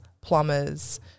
plumbers